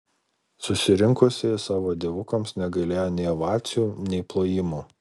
susirinkusieji savo dievukams negailėjo nei ovacijų nei plojimų